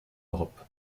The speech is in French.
europe